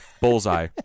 Bullseye